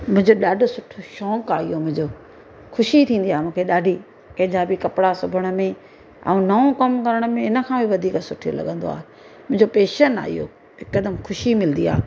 मुंहिंजो ॾाढो सुठो शौक़ु आहे इहो मुंहिंजो ख़ुशी थींदी आहे मूंखे ॾाढी कंहिंजा बि कपिड़ा सिबण में ऐं नओं कमु करण में इन खां बि वधीक सुठो लॻंदो आहे मुंहिंजो पैशन आहे इयो हिकदमि ख़ुशी मिलंदी आहे